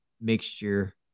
mixture